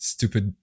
Stupid